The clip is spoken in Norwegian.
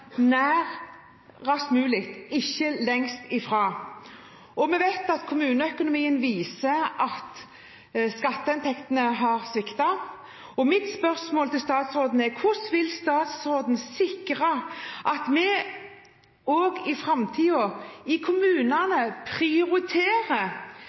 nær – raskest mulig – ikke lengst ifra. Og vi vet at kommuneøkonomien viser at skatteinntektene har sviktet. Mitt spørsmål til statsråden er: Hvordan vil statsråden sikre at kommunene også i